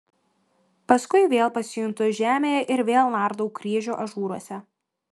paskui vėl pasijuntu žemėje ir vėl nardau kryžių ažūruose